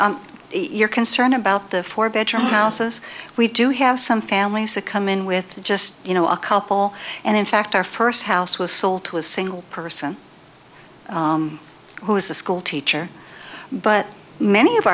you're concerned about the four bedroom houses we do have some families to come in with just you know a couple and in fact our first house was sold to a single person who is a schoolteacher but many of